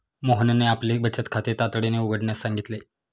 मोहनने आपले बचत खाते तातडीने उघडण्यास सांगितले